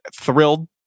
thrilled